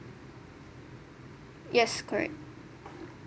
yes correct